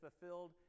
fulfilled